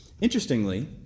Interestingly